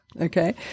Okay